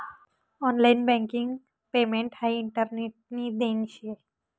online banking payment हाई इंटरनेटनी देन शे